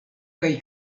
kaj